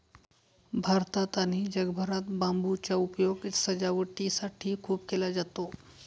भारतात आणि जगभरात बांबूचा उपयोग सजावटीसाठी खूप केला जातो